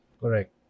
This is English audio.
Correct